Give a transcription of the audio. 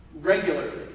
regularly